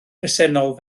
bresennol